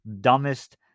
dumbest